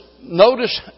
Notice